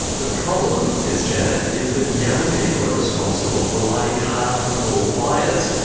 the problem, says janet, is that young people are responsible for lighting half of all fires.